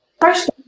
first